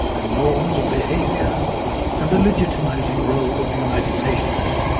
ah norms of behaviour and the legitimising role of the united nations.